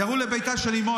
ירו לביתה של אימו.